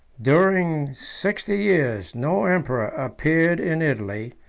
during sixty years, no emperor appeared in italy,